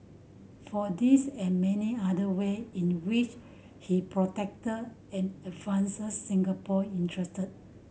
for this and many other way in which he protected and advanced Singapore interest